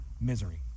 misery